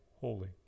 holy